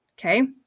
okay